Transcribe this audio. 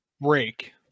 break